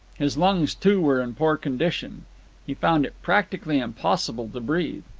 his lungs, too, were in poor condition he found it practically impossible to breathe.